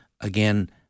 again